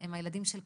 הם הילדים של כולנו.